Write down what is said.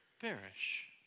Perish